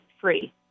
free